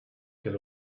get